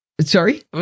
Sorry